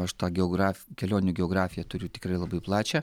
aš tą geograf kelionių geografiją turiu tikrai labai plačią